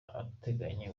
atekanye